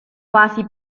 quasi